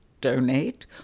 Donate